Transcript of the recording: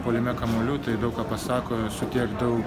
puolime kamuolių tai daug ką pasako su tiek daug